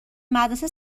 مدرسه